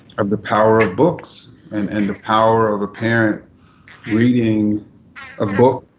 of the power of books and and the power of a parent reading a book